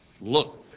Look